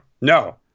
No